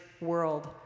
world